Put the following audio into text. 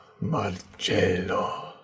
Marcello